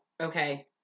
Okay